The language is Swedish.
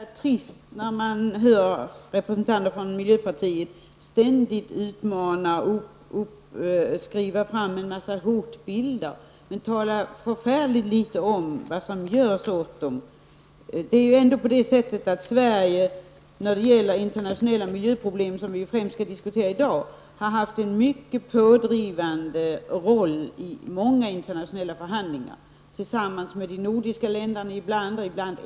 Herr talman! Jag tycker att det ofta är trist när man hör representanter från miljöpartiet ständigt utmåla och beskriva en mängd hotbilder. De talar förfärligt litet om vad som görs åt dessa hot. När det gäller internationella miljöproblem, som vi främst skall diskutera i dag, har Sverige spelat en mycket pådrivande roll vid många internationella förhandlingar, tillsammans med de nordiska länderna ibland, ensamt ibland.